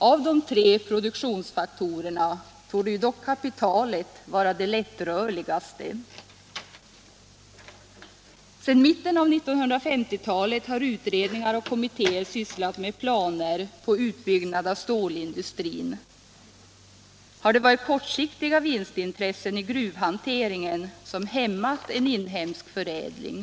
Av de tre produktionsfaktorerna torde dock kapitalet vara 24 maj 1977 det lättrörligaste. Sedan mitten av 1950-talet har utredningar och kommittéer sysslat — Granskning av med planer på utbyggnad av stålindustrin. Har det varit kortsiktiga vinst — statsrådens intressen i gruvhanteringen som hämmat inhemsk förädling?